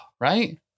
Right